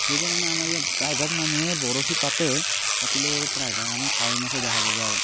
সেইকাৰণে আমাৰ ইয়াত প্ৰায়ভাগ মানুহে বৰশী পাতে পাতিলেও আৰু প্ৰায়ভাগ আমাৰ কাৱৈ মাছে দেখা পাব